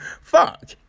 fuck